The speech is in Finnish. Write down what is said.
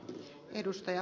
arvoisa puhemies